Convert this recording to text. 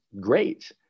great